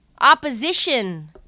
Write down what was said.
opposition